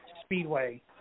Speedway